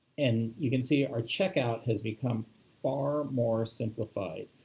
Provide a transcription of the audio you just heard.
and you can see our checkout has become far more simplified.